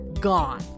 gone